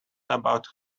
about